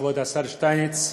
כבוד השר שטייניץ,